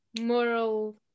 moral